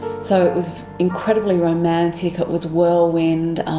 so it was incredibly romantic, it was whirlwind,